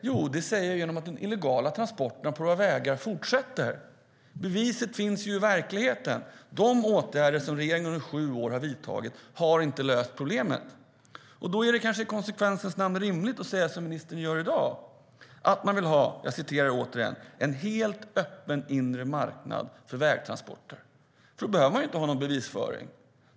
Jo, det kan jag säga genom att de illegala transporterna på våra vägar fortsätter. Beviset finns i verkligheten. De åtgärder som regeringen under sju år har vidtagit har inte löst problemen. Det är kanske i konsekvensens namn rimligt att säga som ministern gör i dag att man vill ha, jag citerar återigen: "En helt öppen inre marknad för vägtransporter." Då behöver man inte ha någon bevisföring.